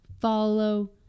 follow